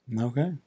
Okay